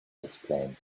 explained